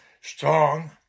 strong